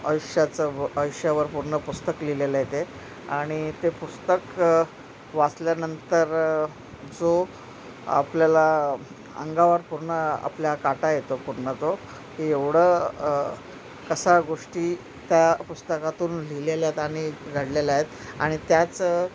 आयुष्याचं आयुष्यावर पूर्ण पुस्तक लिहिलेलं आहे ते आणि ते पुस्तक वाचल्यानंतर जो आपल्याला अंगावर पूर्ण आपल्या काटा येतो पूर्ण तो की एवढं कसा गोष्टी त्या पुस्तकातून लिहिलेल्या आहेत आणि घडलेल्या आहेत आणि त्याच